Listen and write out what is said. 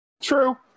True